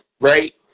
right